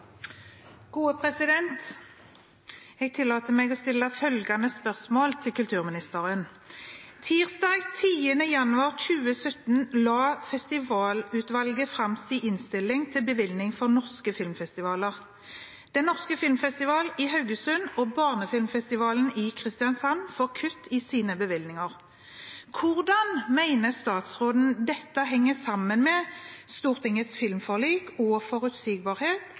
bevilgning til norske filmfestivaler. Den norske filmfestivalen i Haugesund og Barnefilmfestivalen i Kristiansand får kutt i sine bevilgninger. Hvordan mener statsråden dette henger sammen med Stortingets filmforlik og forutsigbarhet